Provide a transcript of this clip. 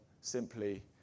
simply